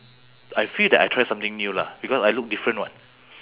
I feel that I try something new lah because I look different [what]